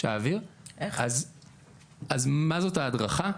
אז מה היא ההדרכה?